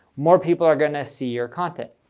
more people are going to see your content.